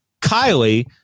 Kylie